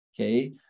okay